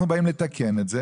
אנו באים לתקן את זה.